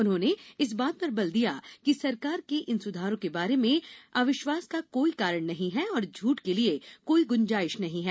उन्होंने इस बात पर बल दिया कि सरकार के इन सुधारो के बारे में अविश्वास का कोई कारण नहीं है और झूठ के लिए कोई ग्रंजाइश नहीं है